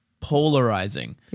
polarizing